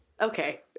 Okay